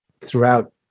throughout